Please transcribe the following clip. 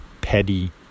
Petty